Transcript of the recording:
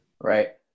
Right